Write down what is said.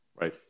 Right